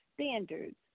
standards